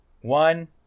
one